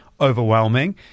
overwhelming